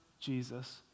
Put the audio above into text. Jesus